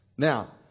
Now